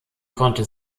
konnte